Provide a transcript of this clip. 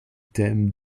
thème